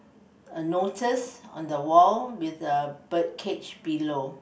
a notice on the wall with a bird cage below